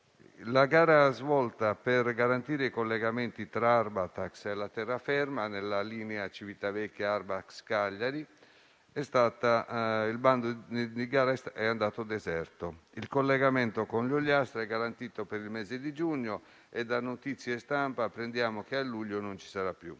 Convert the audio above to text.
di gara svolto per garantire i collegamenti tra Arbatax e la terraferma, nella linea Civitavecchia-Arbatax-Cagliari, è andato deserto. Il collegamento con l'Ogliastra è garantito per il mese di giugno e, da notizie stampa, apprendiamo che a luglio non ci sarà più.